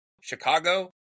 Chicago